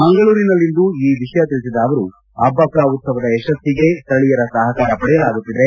ಮಂಗಳೂರಿನಲ್ಲಿಂದು ಈ ವಿಷಯ ತಿಳಿಸಿದ ಅವರು ಅಬ್ಬಕ್ಕ ಉತ್ಸವದ ಯಶಸ್ವಿಗೆ ಸ್ಥಳೀಯರ ಸಹಕಾರ ಪಡೆಯಲಾಗುತ್ತಿದೆ